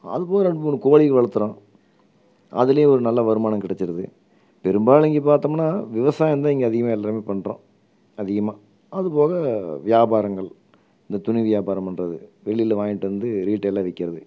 அதுபோக ரெண்டு மூணு கோழிகள் வளர்த்துறோம் அதுலேயும் ஒரு நல்ல வருமானம் கிடச்சிருது பெரும்பாலும் இங்கே பார்த்தோம்னா விவசாயம்தான் இங்கே அதிகமாக எல்லாேருமே பண்ணுறோம் அதிகமாக அதுபோக வியாபாரங்கள் இந்த துணி வியாபாரம் பண்ணுறது வெளியில் வாங்கிட்டு வந்து ரீட்டெயிலாக விற்கிறது